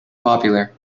popular